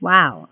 Wow